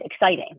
exciting